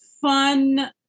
fun